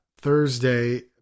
Thursday